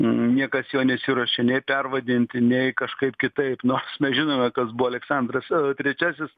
niekas jo nesiruošia nei pervadinti nei kažkaip kitaip nors mes žinome kas buvo aleksandras trečiasis